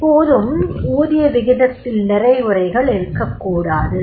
எப்போதும் ஊதிய விகிதத்தில் நிறை குறைகள் இருக்கக் கூடாது